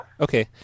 Okay